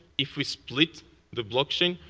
if we split the blockchain,